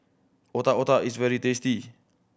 Otak Otak is very tasty